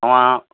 तव्हां